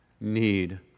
need